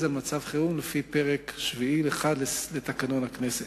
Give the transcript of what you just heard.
על מצב חירום לפי פרק שביעי 1 לתקנון הכנסת.